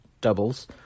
doubles